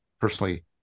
personally